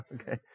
Okay